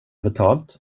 betalt